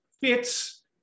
fits